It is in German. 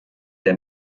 der